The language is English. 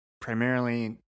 primarily